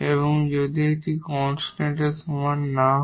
এবং যদি এটি কনস্ট্যান্ট এর সমান না হয়